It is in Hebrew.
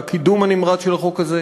והקידום הנמרץ של החוק הזה,